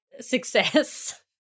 success